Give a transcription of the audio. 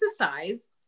exercise